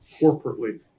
corporately